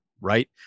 Right